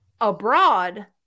abroad